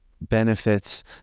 benefits